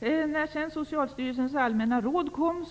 Det visade sig sedan när Socialstyrelsens allmänna råd kom,